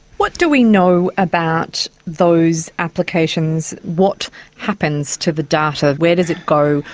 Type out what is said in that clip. what do we know about those applications, what happens to the data, where does it go,